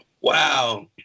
Wow